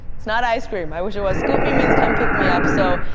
it's not ice cream, i wish it was. scoop me means come pick me up. so,